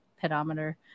pedometer